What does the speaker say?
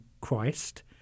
Christ